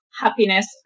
happiness